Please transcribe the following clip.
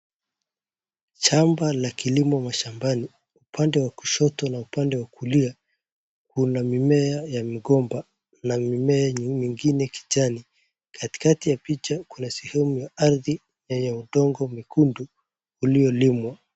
Shamba la kilimo mashambani, upande wakushoto na upande wa kulia kuna mimea ya migomba na mimea yenye mingine kijani. Katikati ya picha kuna sehemu ya ardhi yenye udongo mwekundu uliolimwa.